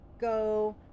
go